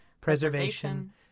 preservation